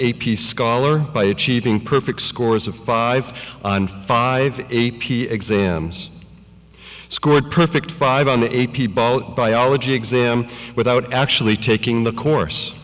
a piece scholar by achieving perfect scores of five and five a p exams scored perfect five on the a p ball biology exam without actually taking the course